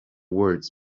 words